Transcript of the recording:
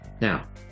Now